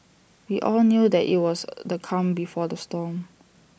we all knew that IT was the calm before the storm